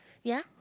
ya